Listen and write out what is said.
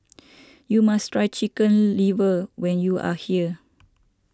you must try Chicken Liver when you are here